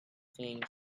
singing